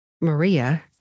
Maria